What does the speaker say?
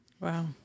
wow